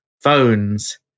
phones